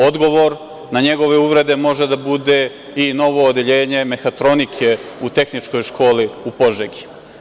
Odgovor na njegove uvrede može da bude i novo odeljenje mehatronike u Tehničkoj školi u Požegi.